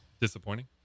disappointing